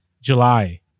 July